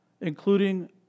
including